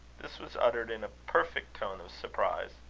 this was uttered in a perfect tone of surprise.